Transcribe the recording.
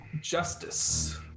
Justice